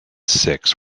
six